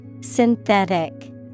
Synthetic